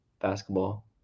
basketball